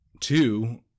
two